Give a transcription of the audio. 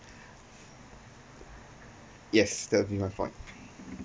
yes that would be my point